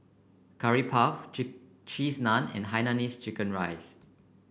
Curry Puff Cheese Naan and Hainanese Chicken Rice